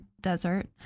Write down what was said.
desert